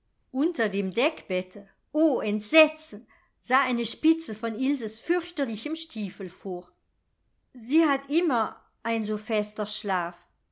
unter dem deckbette o entsetzen sah eine spitze von ilses fürchterlichem stiefel vor sie hat immer ein so fester schlaf